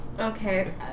Okay